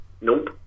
Nope